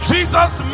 Jesus